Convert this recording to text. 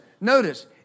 notice